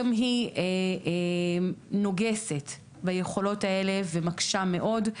גם היא נוגסת ביכולות האלה ומקשה מאוד.